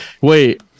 Wait